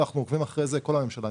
ואנחנו עוקבים אחרי זה כל הממשלה.